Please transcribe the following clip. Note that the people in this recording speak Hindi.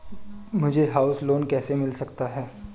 मुझे हाउस लोंन कैसे मिल सकता है?